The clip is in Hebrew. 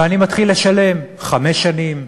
ואני מתחיל לשלם חמש שנים,